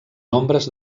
nombres